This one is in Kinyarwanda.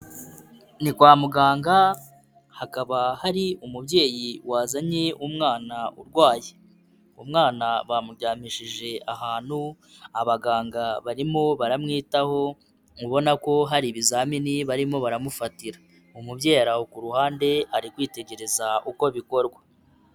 Ni kwa muganga hakaba hari umubyeyi wazanye umwana urwaye. Umwana bamuryamishije ahantu, abaganga barimo baramwitaho ubona ko hari ibizamini barimo baramufatira. Umubyeyi ari aho ku ruhande ari kwitegereza uko bikorwa.